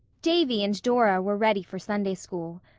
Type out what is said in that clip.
davy and dora were ready for sunday school.